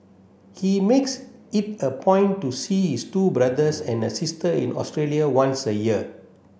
he makes it a point to see his two brothers and a sister in Australia once a year